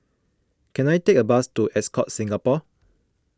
can I take a bus to Ascott Singapore